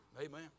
Amen